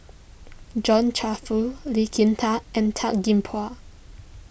John Crawfurd Lee Kin Tat and Tan Gee Paw